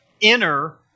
inner